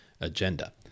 agenda